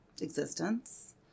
existence